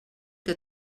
que